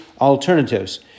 alternatives